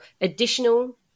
Additional